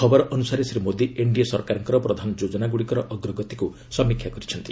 ଖବର ଅନୁସାରେ ଶ୍ରୀ ମୋଦି ଏନଡିଏ ସରକାରଙ୍କର ପ୍ରଧାନ ଯୋଜନାଗୁଡିକର ଅଗ୍ରଗତିର ସମୀକ୍ଷା କରିଛନ୍ତି